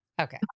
Okay